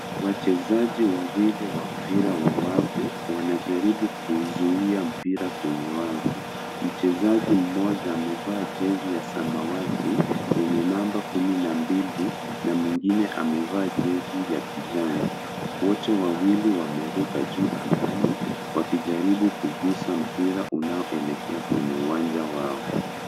Wachezaji wawili wa mpira wa wawavu wanajaribu kuzuia mpira kwenye wavu. Mchezaji mmoja amevaa jezi ya samawati yenye namba kumi na mbili na mwingine amevaa jezi ya kijani, wote wawili wameruka juu angani wakijaribu kuguza mpira unaoelekea kwenye uwanja wao.